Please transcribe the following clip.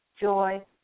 joy